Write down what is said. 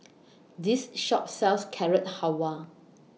This Shop sells Carrot Halwa